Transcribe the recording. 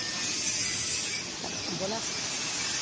बोलां